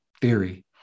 theory